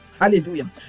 Hallelujah